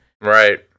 Right